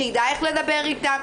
שידע איך לדבר איתם,